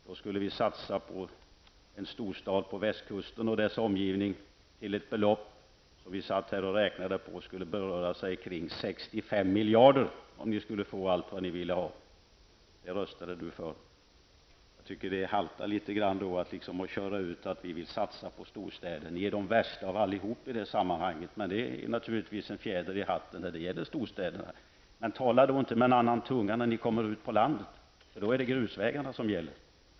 Då skulle vi satsa på en storstad på västkusten och dess omgivning till en kostnad som enligt beräkningar skulle röra sig kring 65 miljarder, om ni skulle få allt vad ni ville ha. Det röstade Elving Andersson för. Jag anser att det haltar litet grand att då säga att vi vill satsa på storstäder. Ni är de värsta av allihop i det sammanhanget, men det är naturligtvis en fjäder i hatten när det gäller storstäderna. Men tala då inte med kluven tunga när ni kommer ut på landet! Då är det grusvägarna som gäller.